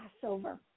Passover